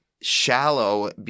shallow